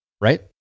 Right